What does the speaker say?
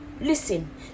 Listen